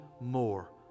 more